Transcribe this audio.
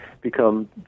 become